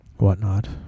whatnot